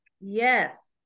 yes